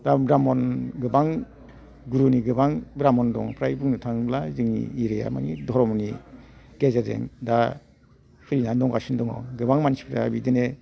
दा ब्रामन गोबां गुरुनि गोबां ब्रामन दङ फ्राय बुंनो थाङोब्ला मानि जोंनि एरियाया मानि धर्मनि गेजेरजों गेजेरजों दा फैनानै दंगानो दङ गोबां मानसिफ्रा बिदिनो